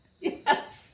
Yes